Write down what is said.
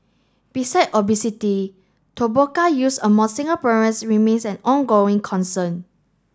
beside obesity use among Singaporeans remains an ongoing concern